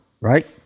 right